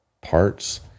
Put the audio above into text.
parts